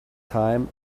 time